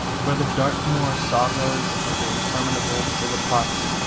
for the dartmoor sagas of the interminable phillpotts,